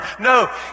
No